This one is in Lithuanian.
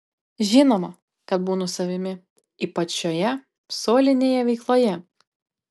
žinoma kad būnu savimi ypač šioje solinėje veikloje